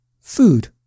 Food